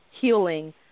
healing